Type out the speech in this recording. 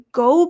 go